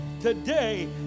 today